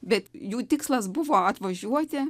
bet jų tikslas buvo atvažiuoti